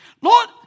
Lord